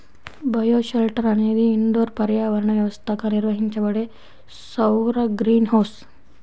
bioshelter అనేది indoor పర్యావరణ వ్యవస్థగా నిర్వహించబడే సౌర గ్రీన్ హౌస్